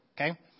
okay